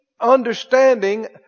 understanding